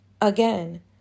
Again